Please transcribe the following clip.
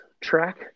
Track